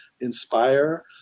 inspire